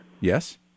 Yes